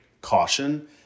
caution